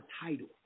title